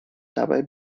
dabei